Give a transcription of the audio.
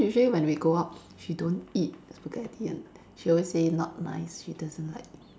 cause usually when we go out she don't eat spaghetti [one] she always say not nice she doesn't like